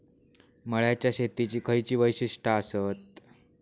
मळ्याच्या शेतीची खयची वैशिष्ठ आसत?